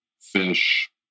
fish